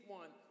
one